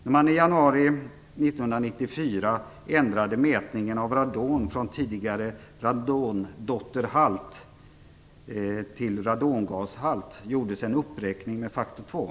När man i januari 1994 ändrade mätningen av radon från tidigare radondotterhalt till radongashalt gjordes en uppräkning med faktor 2.